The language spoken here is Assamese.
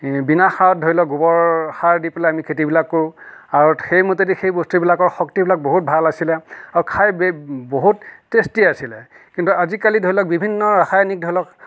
বিনা সাৰত ধৰি লওক গোবৰ সাৰ দি পেলাই আমি খেতিবিলাক কৰোঁ আৰু সেই মতেদি সেই বস্তুবিলাকৰ শক্তিবিলাক বহুত ভাল আছিলে আৰু খাই বে বহুত টেষ্টি আছিলে কিন্তু আজিকালি ধৰি লওক বিভিন্ন ৰাসায়নিক ধৰি লওক সাৰ